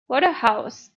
wodehouse